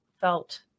felt